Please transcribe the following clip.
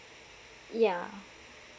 yeah